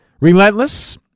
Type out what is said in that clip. Relentless